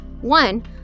One